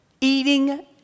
Eating